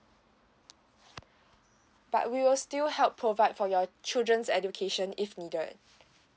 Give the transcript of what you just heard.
but we will still help provide for your children's education if needed